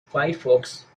firefox